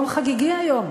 יום חגיגי היום,